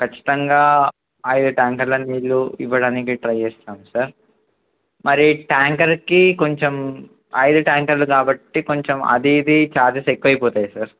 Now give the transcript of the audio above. ఖచ్చితంగా ఐదు ట్యాంకర్ల నీళ్ళు ఇవ్వడానికి ట్రై చేస్తాం సార్ మరి ట్యాంకర్కి కొంచెం ఐదు ట్యాంకర్లు కాబట్టి కొంచెం అది ఇది ఛార్జెస్ ఎక్కువైపోతాయి సార్